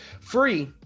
Free